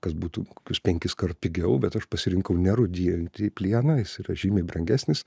kas būtų kokius penkiskart pigiau bet aš pasirinkau nerūdijantį plieną jis yra žymiai brangesnis